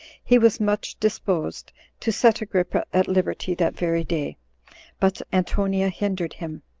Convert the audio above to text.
he was much disposed to set agrippa at liberty that very day but antonia hindered him,